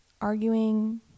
arguing